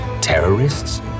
Terrorists